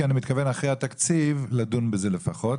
כי אני מתכוון אחרי התקציב לדון בזה לפחות,